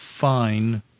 fine